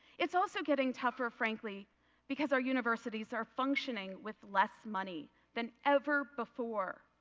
it is also getting tougher frankly because our universities are functioning with less money than ever before.